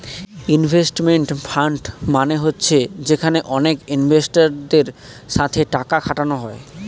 investment fund মানে হচ্ছে যেখানে অনেক ইনভেস্টারদের সাথে টাকা খাটানো হয়